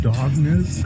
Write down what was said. Darkness